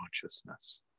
consciousness